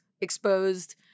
exposed